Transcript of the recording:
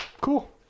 Cool